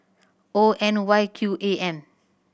O N Y Q A M